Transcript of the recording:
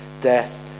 death